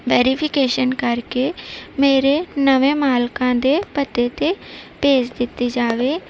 verification ਕਰਕੇ ਮੇਰੇ ਨਵੇਂ ਮਾਲਕਾਂ ਦੇ ਪਤੇ ਤੇ ਭੇਜ ਦਿੱਤੀ ਜਾਵੇ